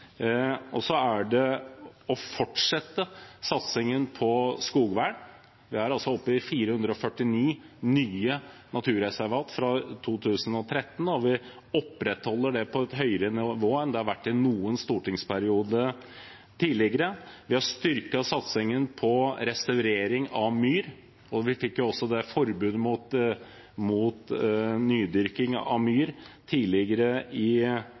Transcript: Så fortsetter vi satsingen på skogvern – vi er oppe i 449 nye naturreservat siden 2013. Vi holder det på et høyere nivå enn det har vært i noen stortingsperiode tidligere. Vi har styrket satsingen på restaurering av myr. Vi fikk også det forbudet mot nydyrking av myr tidligere i